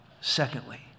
secondly